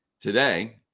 Today